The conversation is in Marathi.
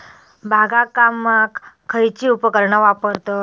बागकामाक खयची उपकरणा वापरतत?